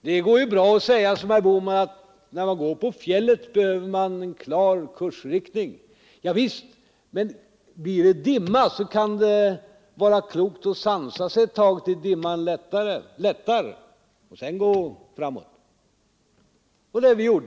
Det går ju bra att säga som herr Bohman: ”När man går på fjället behöver man en klar kursriktning.” Ja visst, men blir det dimma så kan det vara klokt att sansa sig ett tag tills dimman lättar och sedan gå framåt. Det har vi gjort.